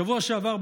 בשבוע שעבר,